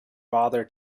bother